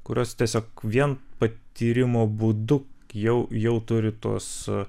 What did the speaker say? kurios tiesiog vien patyrimo būdu jau jau turi tuos